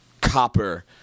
copper